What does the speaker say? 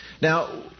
Now